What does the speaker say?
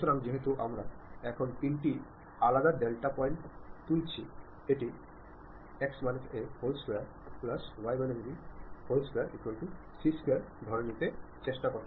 সুতরাং যেহেতু আমরা এখন তিনটি আলাদা ডেটা পয়েন্ট তুলছি এটি 2 2c2ধরে নিতে চেষ্টা করে